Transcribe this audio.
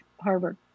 Harvard